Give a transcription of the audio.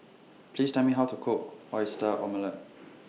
Please Tell Me How to Cook Oyster Omelette